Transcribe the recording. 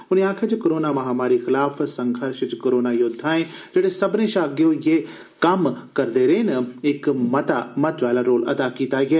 उनें आक्खेआ जे कोरोना महामारी खलाफ संघर्श च कोरोना योद्वाएं जेडे सब्बनें शा अग्गे होइयै कम्म करदे रेह् न इक मता महत्वै आला रोल अदा कीता ऐ